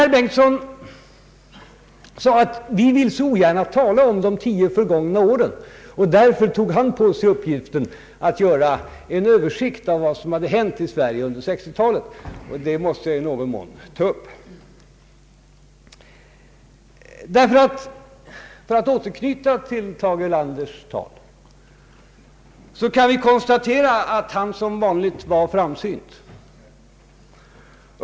Herr Bengtson sade att vi så ogärna vill tala om de tio gångna åren, och han tog därför på sig uppgiften att göra en översikt av vad som hade hänt i Sverige under 1960-talet. Detta måste jag i någon mån ta upp. För att återknyta till Tage Erlanders tal kan vi konstatera, att han som vanligt var framsynt.